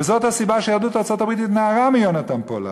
וזאת הסיבה שיהדות ארצות-הברית התנערה מיהונתן פולארד,